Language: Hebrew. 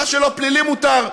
מה שלא פלילי, מותר.